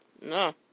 No